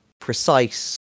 precise